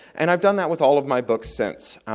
and i've done that with all of my books since.